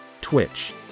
Twitch